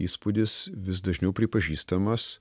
įspūdis vis dažniau pripažįstamas